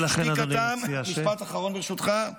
ולכן אדוני מציע --- משפט אחרון, ברשותך.